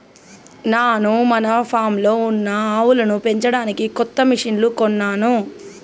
నాను మన ఫామ్లో ఉన్న ఆవులను పెంచడానికి కొత్త మిషిన్లు కొన్నాను